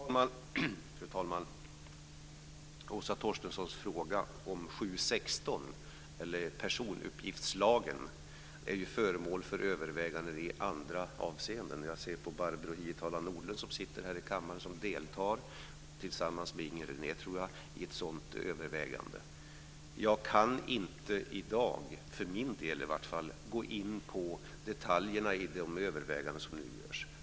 Fru talman! Åsa Torstenssons fråga om 7 kap. 16 § i sekretesslagen, personuppgiftslagen, är föremål för överväganden i andra avseenden. Barbro Hietala Nordlund, som sitter i kammaren, deltar tillsammans med Inger René i ett sådant övervägande. Jag kan inte i dag för min del i vart fall gå in på detaljerna i de överväganden som nu görs.